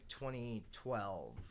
2012